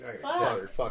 Fuck